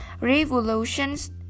revolutions